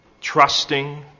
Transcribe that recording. trusting